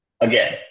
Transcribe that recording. again